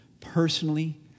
personally